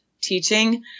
teaching